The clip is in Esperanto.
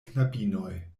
knabinoj